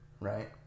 right